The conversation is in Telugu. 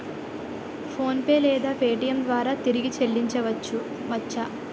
ఫోన్పే లేదా పేటీఏం ద్వారా తిరిగి చల్లించవచ్చ?